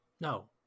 No